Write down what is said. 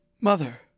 mother